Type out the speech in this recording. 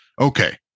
okay